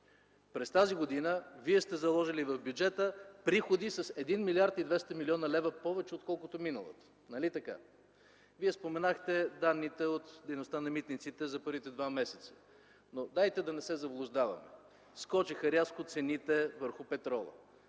през тази година вие сте заложили в бюджета приходи с 1 млрд. 200 млн. лв. повече, отколкото миналата. Нали така? Вие споменахте данните от дейността на митниците за първите два месеца, но дайте да не се заблуждаваме – рязко скочиха цените върху петрола,